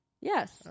Yes